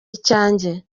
icyanjye